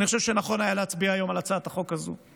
אני חושב שהיה נכון להצביע היום על הצעת החוק הזו.